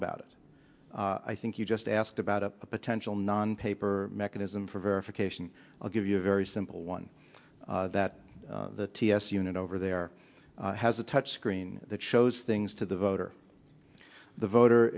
about it i think you just asked about a potential non paper mechanism for verification i'll give you a very simple one that the ts unit over there has a touch screen that shows things to the voter the voter